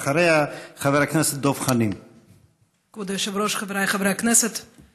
אחריה, חבר הכנסת דב חנין.